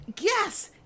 Yes